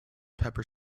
pepper